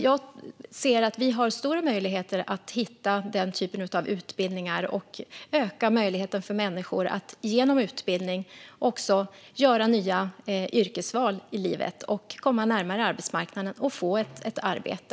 Jag ser att vi har stora möjligheter att hitta denna typ av utbildningar och öka chansen för människor att genom utbildning göra nya yrkesval i livet och komma närmare arbetsmarknaden och få ett arbete.